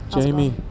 Jamie